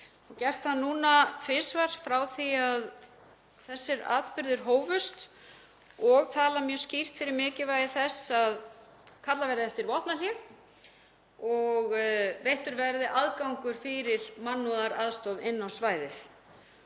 gert það núna tvisvar frá því að þessir atburðir hófust og talað mjög skýrt fyrir mikilvægi þess að kallað verði eftir vopnahléi og að veittur verði aðgangur fyrir mannúðaraðstoð inn á svæðið.